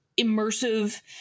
immersive